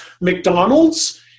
McDonald's